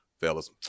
fellas